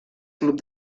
club